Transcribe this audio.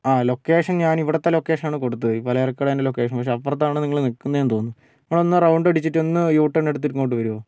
ആ ലൊക്കേഷൻ ഞാൻ ഇവിടുത്തെ ലൊക്കേഷൻ ആണ് കൊടുത്തത് ഈ പലചരക്ക് കടേൻ്റെ ലൊക്കേഷൻ പക്ഷെ അപ്പുറത്താണ് നിങ്ങൾ നിൽക്കുന്നതെന്ന് തോന്നുന്നു നിങ്ങളൊന്ന് ആ റൗണ്ട് അടിച്ചിട്ട് ഒന്ന് യൂ ടേൺ എടുത്തിട്ട് ഇങ്ങോട്ട് വരുമോ